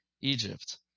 Egypt